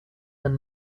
and